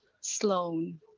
Sloan